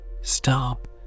Stop